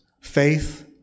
faith